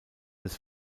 des